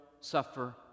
suffer